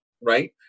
right